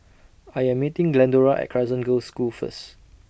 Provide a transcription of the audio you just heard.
I Am meeting Glendora At Crescent Girls' School First